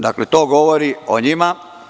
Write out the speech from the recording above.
Dakle, to govori o njima.